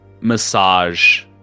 massage